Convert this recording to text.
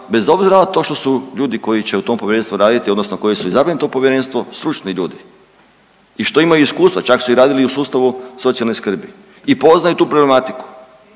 bez obzira na to što su ljudi koji će u tom povjerenstvu raditi, odnosno koji su izabrani u to povjerenstvo stručni ljudi i što imaju iskustva. Čak su i radili u sustavu socijalne skrbi i poznaju tu problematiku.